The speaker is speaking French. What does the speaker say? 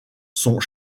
sont